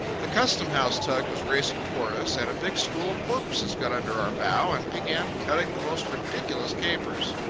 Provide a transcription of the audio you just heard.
the custom-house tug was racing toward us and a big school of porpoises got under our bow and began cutting the most ridiculous capers.